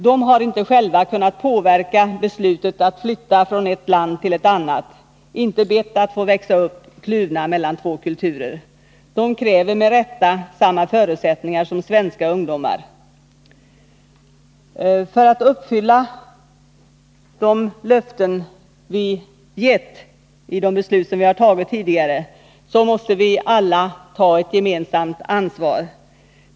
De har inte själva kunnat påverka beslutet att flytta från ett land till ett annat, inte bett att få växa upp kluvna mellan två kulturer. De kräver med rätta samma förutsättningar som svenska ungdomar. För att uppfylla de löften vi gett i de beslut vi fattat tidigare måste vi alla ta ett gemensamt ansvar.